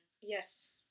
yes